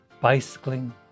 bicycling